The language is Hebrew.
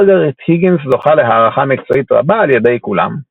מרגריט היגינס זוכה להערכה מקצועית רבה על ידי כולם".